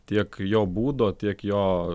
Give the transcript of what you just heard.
tiek jo būdo tiek jo